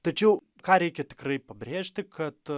tačiau ką reikia tikrai pabrėžti kad